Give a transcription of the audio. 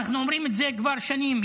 ואנחנו אומרים את זה כבר שנים,